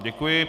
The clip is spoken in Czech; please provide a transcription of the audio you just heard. Děkuji.